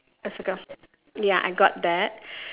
a circle ya I got that